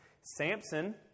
Samson